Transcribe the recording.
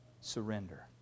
Surrender